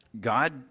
God